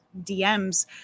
DMs